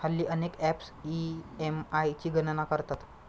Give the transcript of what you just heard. हल्ली अनेक apps EMI ची गणना करतात